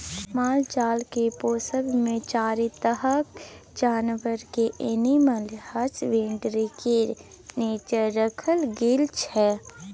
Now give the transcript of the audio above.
मालजाल पोसब मे चारि तरहक जानबर केँ एनिमल हसबेंडरी केर नीच्चाँ राखल गेल छै